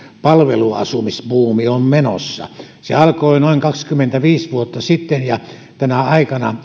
palveluasumisbuumi on menossa se alkoi noin kaksikymmentäviisi vuotta sitten ja tänä aikana